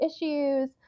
issues